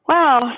Wow